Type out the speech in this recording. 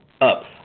up